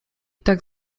tak